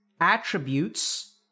attributes